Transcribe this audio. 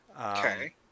Okay